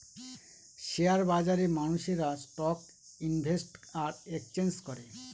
share বাজারে মানুষেরা stock invest আর এক্সচেঞ্জ করে